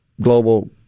global